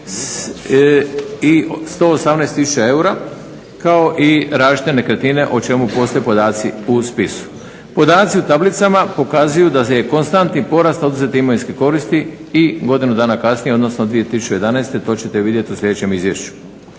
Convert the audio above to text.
i 118 tisuća eura, kao i različite nekretnine o čemu postoje podaci u spisu. Podaci u tablicama pokazuju da je konstantni porast oduzete imovinske koristi i godinu dana kasnije, odnosno 2011., to ćete vidjet u sljedećem izvješću.